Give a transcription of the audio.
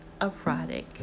erotic